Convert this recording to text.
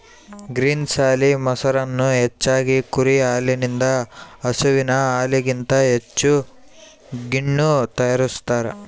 ಗ್ರೀಸ್ನಲ್ಲಿ, ಮೊಸರನ್ನು ಹೆಚ್ಚಾಗಿ ಕುರಿ ಹಾಲಿನಿಂದ ಹಸುವಿನ ಹಾಲಿಗಿಂತ ಹೆಚ್ಚು ಗಿಣ್ಣು ತಯಾರಿಸ್ತಾರ